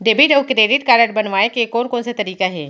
Debit अऊ credit card बनवाए के कोन कोन से तरीका हे?